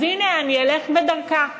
אז הנה, אני אלך בדרכה.